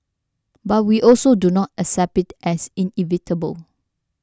but we also do not accept it as inevitable